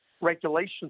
regulations